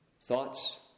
Thoughts